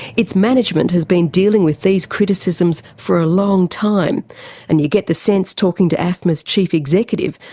its management has been dealing with these criticisms for a long time and you get the sense talking to afma's chief executive,